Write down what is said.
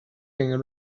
been